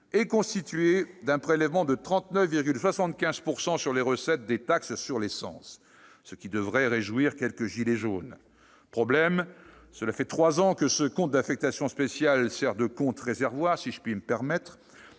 est constitué d'un prélèvement de 39,75 % sur les recettes des taxes sur l'essence. Cela devrait réjouir quelques « gilets jaunes »! Problème, voilà trois ans que ce compte d'affectation spéciale sert de « compte réservoir »- si je puis me permettre